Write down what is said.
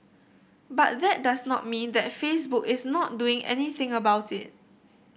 but that does not mean that Facebook is not doing anything about it